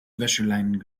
wäscheleinen